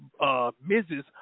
Mrs